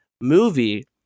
movie